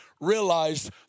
realized